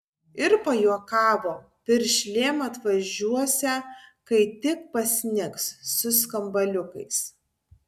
ir pajuokavo piršlėm atvažiuosią kai tik pasnigs su skambaliukais